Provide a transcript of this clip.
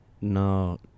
no